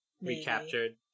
recaptured